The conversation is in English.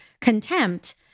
contempt